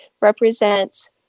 represents